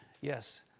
yes